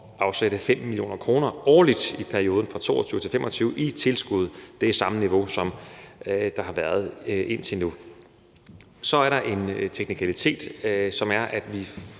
at afsætte 5 mio. kr. årligt i perioden fra 2022 til 2025 i tilskud. Det er samme niveau, som der har været indtil nu. Så er der en teknikalitet, som er, at vi